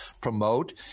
promote